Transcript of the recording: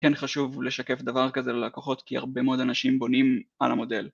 כן חשוב לשקף דבר כזה ללקוחות כי הרבה מאוד אנשים בונים על המודל